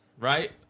Right